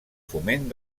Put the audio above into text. foment